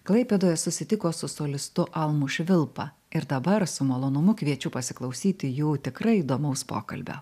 klaipėdoje susitiko su solistu almu švilpa ir dabar su malonumu kviečiu pasiklausyti jų tikrai įdomaus pokalbio